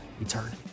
eternity